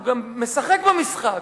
הוא גם משחק במשחק.